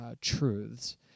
truths